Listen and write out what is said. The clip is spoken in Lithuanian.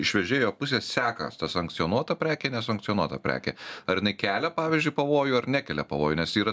iš vežėjo pusės seka tą sankcionuotą prekę nesankcionuotą prekę ar jinai kelia pavyzdžiui pavojų ar nekelia pavojų nes yra